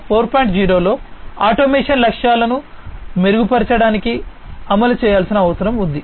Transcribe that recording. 0 లో ఆటోమేషన్ లక్ష్యాలను మెరుగుపరచడానికి అమలు చేయాల్సిన అవసరం ఉంది